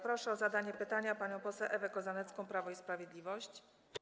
Proszę o zadanie pytania panią poseł Ewę Kozanecką, Prawo i Sprawiedliwość.